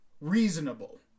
Reasonable